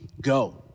go